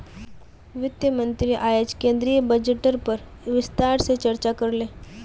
वित्त मंत्री अयेज केंद्रीय बजटेर पर विस्तार से चर्चा करले